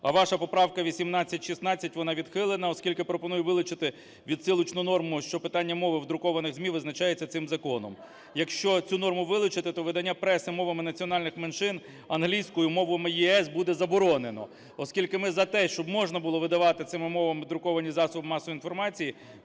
А ваша поправка 1816, вона відхилена, оскільки пропонує вилучити відсилочну норму, що питання мови в друкованих ЗМІ визначається цим законом. Якщо цю норму вилучити, то видання преси мовами національних меншин, англійською, мовами ЄС буде заборонено. Оскільки ми за те, щоб можна було видавати цими мовами друковані засоби масової інформації